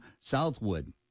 Southwood